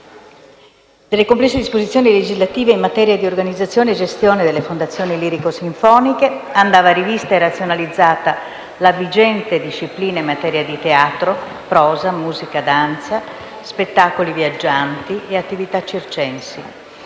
delle complesse disposizioni legislative in materia di organizzazione e gestione delle fondazioni lirico-sinfoniche. Andava rivista e razionalizzata la vigente disciplina in materia di teatro, prosa, musica, danza, spettacoli viaggianti e attività circensi,